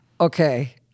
okay